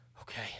Okay